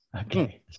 okay